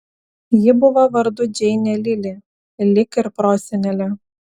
ji buvo vardu džeinė lili lyg ir prosenelė